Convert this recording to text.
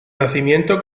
nacimiento